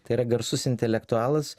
tai yra garsus intelektualas